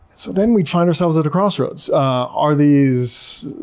so then we find ourselves at a crossroads. are these